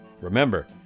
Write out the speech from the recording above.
Remember